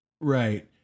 Right